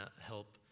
help